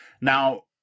Now